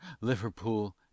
Liverpool